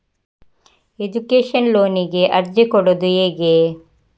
Education ಲೋನಿಗೆ ಅರ್ಜಿ ಕೊಡೂದು ಹೇಗೆ?